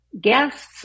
Guests